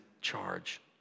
charge